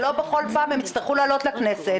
שלא בכל פעם הם יצטרכו לעלות לכנסת,